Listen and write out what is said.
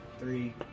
Three